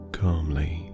calmly